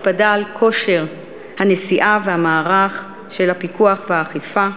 הקפדה על כושר הנשיאה והמערך של הפיקוח והאכיפה.